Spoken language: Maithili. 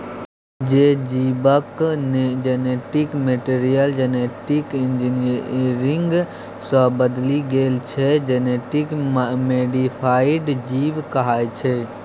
जे जीबक जेनेटिक मैटीरियल जेनेटिक इंजीनियरिंग सँ बदलि गेल छै जेनेटिक मोडीफाइड जीब कहाइ छै